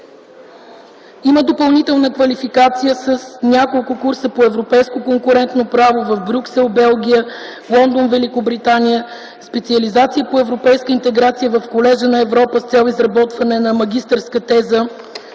Има допълнителна квалификация с няколко курса по европейско конкурентно право в Брюксел – Белгия, в Лондон – Великобритания, специализация по Европейска интеграция в Колежа на Европа с цел изработване на магистърска теза,